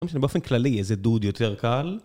או שבאופן כללי איזה דוד יותר קל